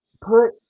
put